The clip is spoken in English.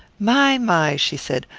my, my, she said,